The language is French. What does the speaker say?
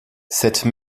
cette